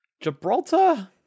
Gibraltar